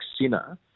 Sinner